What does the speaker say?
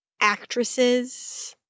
actresses